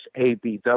abw